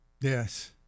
Yes